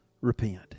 repent